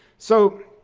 so,